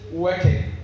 working